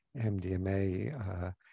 MDMA